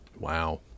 Wow